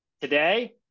today